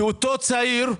שאותו צעיר,